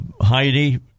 Heidi